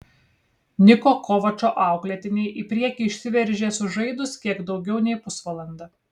niko kovačo auklėtiniai į priekį išsiveržė sužaidus kiek daugiau nei pusvalandį